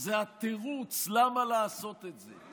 זה התירוץ למה לעשות את זה: